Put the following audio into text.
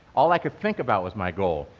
all i could think about was my goal.